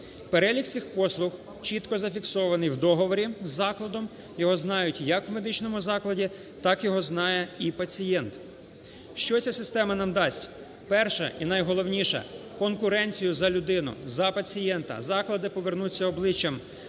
Перелік цих послуг чітко зафіксований в договорі з закладом, його знають як в медичному закладі, так його знає і пацієнт. Що ця система нам дасть? Перше і найголовніше –конкуренцію за людину, за пацієнта, заклади повернуться обличчям